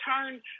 turn